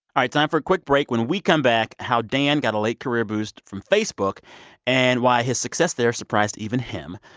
time for a quick break. when we come back how dan got a late career boost from facebook and why his success there surprised even him.